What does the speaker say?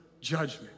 judgment